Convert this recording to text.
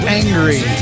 angry